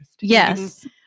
Yes